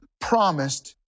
promised